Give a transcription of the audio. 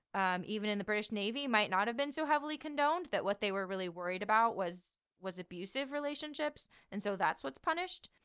um even in the british navy, might not have been so heavily condemned, that what they were really worried about was was abusive relationships. and so that's what's punished,